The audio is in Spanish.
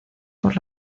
por